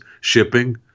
shipping